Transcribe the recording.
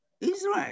Israel